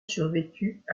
survécut